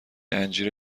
انجیر